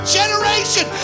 generation